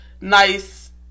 nice